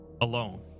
Alone